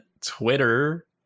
Twitter